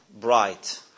bright